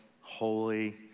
holy